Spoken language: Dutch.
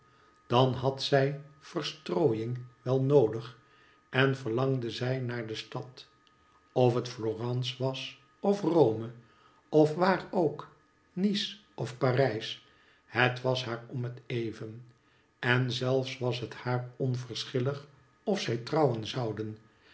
dan had zij verstrooiing wel noodig en verlangde zij naar de stad of het florence was of rome of waar ook nice of parijs het was haar om het even en zelfs was het haar onverschillig of zij trouwen